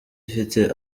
ifite